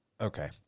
Okay